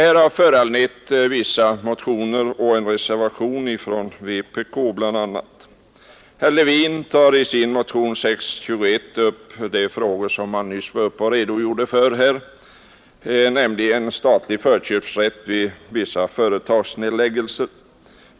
han nyss redogjorde för — upp frågan om statlig förköpsrätt för att förebygga vissa företagsnedläggelser.